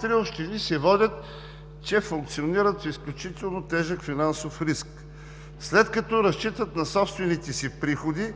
три общини се водят, че функционират в изключително тежък финансов риск, след като разчитат на собствените си приходи